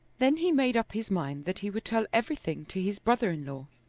then he made up his mind that he would tell everything to his brother-in-law,